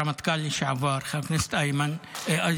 הרמטכ"ל לשעבר חבר כנסת איזנקוט,